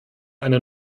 eine